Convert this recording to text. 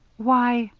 why!